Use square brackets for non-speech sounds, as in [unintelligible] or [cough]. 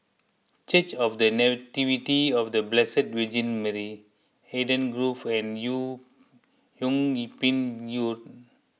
Church of the Nativity of the Blessed Virgin Mary Eden Grove and Yung Yung [unintelligible] Ping Road